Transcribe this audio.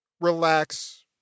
relax